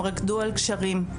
הם רקדו על גשרים,